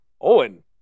Owen